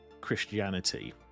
christianity